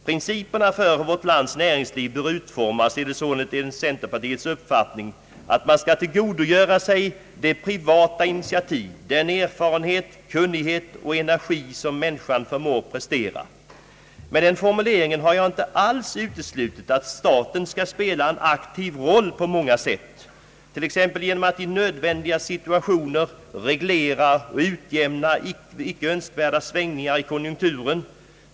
Principerna för hur vårt lands näringsliv bör utformas är således enligt centerpartiets uppfattning att man skall tillgodogöra sig de privata initiativ, den erfarenhet, kunnighet och energi som människan förmår prestera. Med den formuleringen har jag inte alls uteslutit, att staten skall spela en aktiv roll på många sätt, t.ex. genom att i situationer när det är nödvändigt reglera och utjämna icke önskvärda svängningar i konjunkturen.